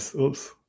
Oops